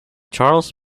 charles